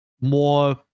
more